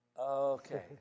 okay